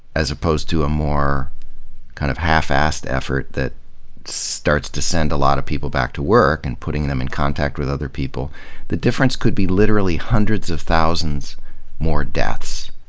as opposed to a more kind of half-assed effort that starts to send a lot of people back to work, and putting them in contact with other people the difference could be literally hundreds of thousands more deaths